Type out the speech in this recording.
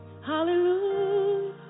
hallelujah